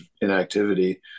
inactivity